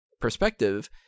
perspective